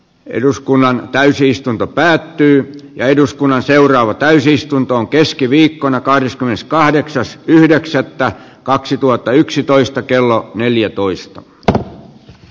eduskunnan täysistunto päättyy ja eduskunnan seuraava täysistuntoon keskiviikkona kahdeskymmeneskahdeksas yhdeksättä taloudellisuuden ei vain jälkikäteen